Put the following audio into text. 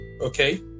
okay